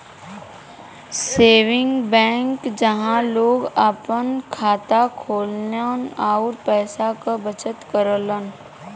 saving bank जहां लोग आपन खाता खोलन आउर पैसा क बचत करलन